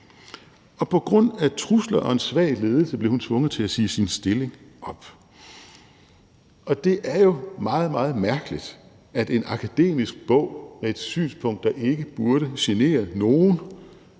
Og på grund af trusler og en svag ledelse blev hun tvunget til at sige sin stilling op. Det er jo meget, meget mærkeligt, at en akademisk bog med et akademisk synspunkt, der ikke burde genere nogen,